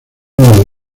uno